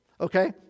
Okay